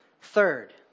Third